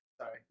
sorry